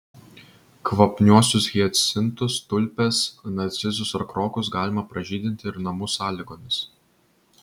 kvapniuosius hiacintus tulpės narcizus ar krokus galima pražydinti ir namų sąlygomis